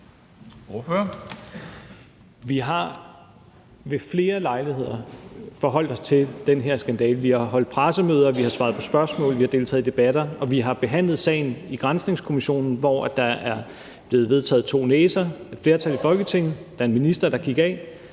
Vi har ved flere lejligheder forholdt os til den her skandale. Vi har holdt pressemøder, vi har svaret på spørgsmål, vi har deltaget i debatter, og vi har behandlet sagen i granskningskommissionen, hvor der er blevet vedtaget to næser af et flertal i Folketinget. Der var en minister, der gik af,